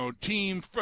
team